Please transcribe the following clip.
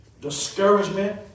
discouragement